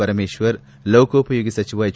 ಪರಮೇಶ್ವರ್ಲೋಕೊಪಯೋಗಿ ಸಚಿವ ಹೆಚ್